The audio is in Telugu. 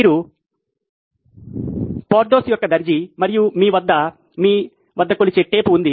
మీరు పోర్థోస్ యొక్క దర్జీ మరియు మీ వద్ద మీ వద్ద కొలిచే టేప్ ఉంది